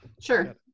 Sure